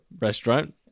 restaurant